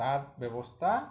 তার ব্যবস্থা